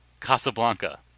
Casablanca